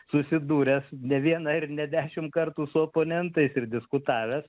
susidūręs ne vieną ir ne dešim kartų su oponentais ir diskutavęs